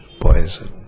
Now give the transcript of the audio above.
poison